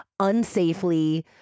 unsafely